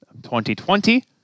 2020